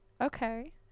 Okay